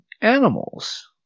animals